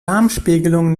darmspiegelung